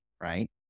right